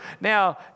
now